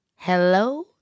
Hello